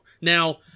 Now